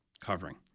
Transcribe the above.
covering